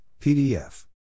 PDF